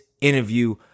interview